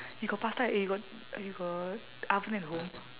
you got pasta eh you got you got oven at home